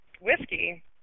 whiskey